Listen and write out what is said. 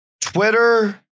Twitter